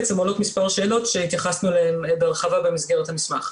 עולות מספר שאלות שהתייחסנו אליהן בהרחבה במסגרת המסמך.